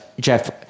Jeff